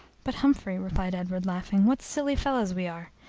but, humphrey, replied edward, laughing, what silly fellows we are!